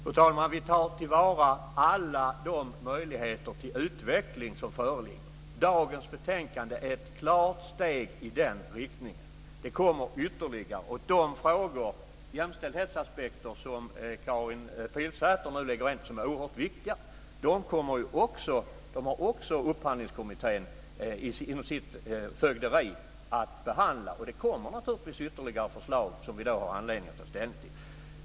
Fru talman! Vi tar till vara alla de möjligheter till utveckling som föreligger. Det betänkande som behandlas i dag är ett klart steg i den riktningen, och det kommer ytterligare. De jämställdhetsaspekter som Karin Pilsäter nu talar om och som är oerhört viktiga kommer Upphandlingskommittén också inom sitt fögderi att behandla. Det kommer naturligtvis ytterligare förslag som vi har anledning att ta ställning till.